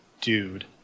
dude